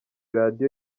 radiyo